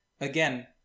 again